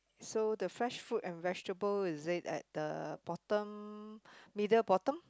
so the fresh fruit and vegetable is it at the bottom middle bottom